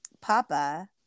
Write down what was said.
Papa